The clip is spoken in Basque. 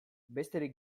besterik